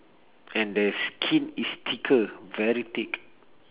and their skin is thicker very thick